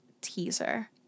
teaser